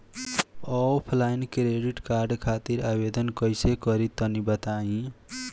Offline credit card खातिर आवेदन कइसे करि तनि बताई?